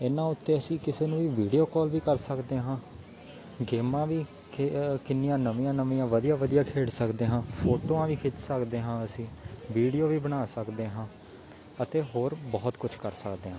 ਇਹਨਾਂ ਉੱਤੇ ਅਸੀਂ ਕਿਸੇ ਨੂੰ ਵੀ ਵੀਡੀਓ ਕੋਲ ਵੀ ਕਰ ਸਕਦੇ ਹਾਂ ਗੇਮਾਂ ਵੀ ਕੇ ਕਿੰਨੀਆਂ ਨਵੀਆਂ ਨਵੀਆਂ ਵਧੀਆ ਵਧੀਆ ਖੇਡ ਸਕਦੇ ਹਾਂ ਫੋਟੋਆਂ ਵੀ ਖਿੱਚ ਸਕਦੇ ਹਾਂ ਅਸੀਂ ਵੀਡੀਓ ਵੀ ਬਣਾ ਸਕਦੇ ਹਾਂ ਅਤੇ ਹੋਰ ਬਹੁਤ ਕੁਛ ਕਰ ਸਕਦੇ ਹਾਂ